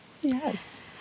Yes